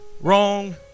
wrong